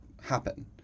happen